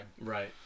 Right